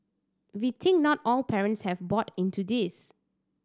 we think not all parents have bought into this